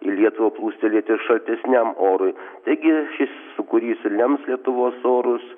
į lietuvą pūstelėti ir šaltesniam orui taigi sūkurys ir lems lietuvos orus